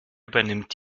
übernimmt